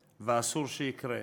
שיקרה.